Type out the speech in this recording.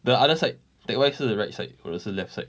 the other side teck whye 是 right side 我的是 left side